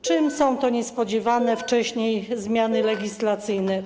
Czym są te niespodziewane wcześniej zmiany legislacyjne?